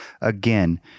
again